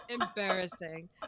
Embarrassing